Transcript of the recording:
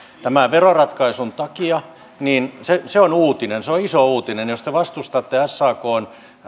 tämän veroratkaisun takia niin se se on uutinen se on iso uutinen jos te vastustatte sakn